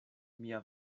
mia